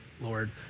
Lord